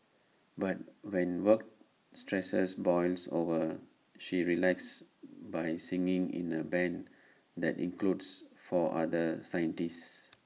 but when work stresses boils over she relaxes by singing in A Band that includes four other scientists